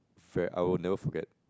fair I will never forget